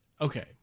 Okay